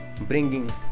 bringing